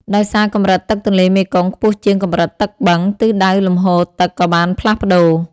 ដោយសារកម្រិតទឹកទន្លេមេគង្គខ្ពស់ជាងកម្រិតទឹកបឹង ទិសដៅលំហូរទឹកក៏បានផ្លាស់ប្តូរ។